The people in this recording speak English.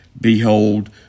Behold